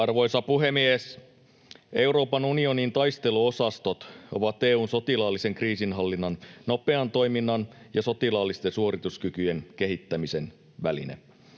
Arvoisa puhemies! Euroopan unionin taisteluosastot ovat EU:n sotilaallisen kriisinhallinnan, nopean toiminnan ja sotilaallisten suorituskykyjen kehittämisen väline.